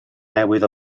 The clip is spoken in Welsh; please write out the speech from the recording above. newydd